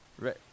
Right